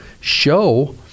show